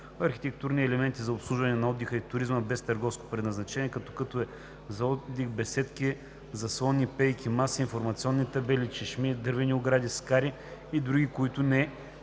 архитектурни елементи за обслужване на отдиха и туризма без търговско предназначение, като: кътове за отдих, беседки, заслони, пейки, маси, информационни табла, чешми, дървени огради, скари и други, които не